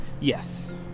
Yes